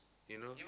you know